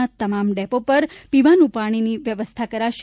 ના તમામ ડેપો પર પીવાનું પાણીની વ્યવસ્થા કરાશે